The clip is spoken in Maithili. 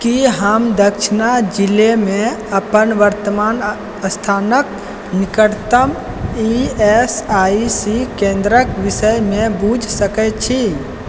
की हम दक्षिण जिलामे अपन वर्तमान स्थानक निकटतम ई एस आई सी केन्द्रक विषयमे बूझि सकैत छी